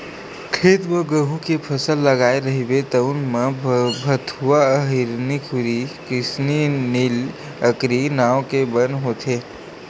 खेत म गहूँ के फसल लगाए रहिबे तउन म भथुवा, हिरनखुरी, किसननील, अकरी नांव के बन होथे